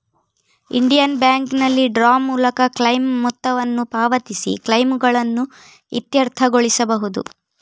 Indian ಬ್ಯಾಂಕಿನಲ್ಲಿ draw ಮೂಲಕ claim ಮೊತ್ತವನ್ನು ಪಾವತಿಸಿ ಕ್ಲೈಮುಗಳನ್ನು ಇತ್ಯರ್ಥಗೊಳಿಸಬಹುದು